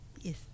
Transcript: Yes